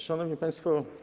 Szanowni Państwo!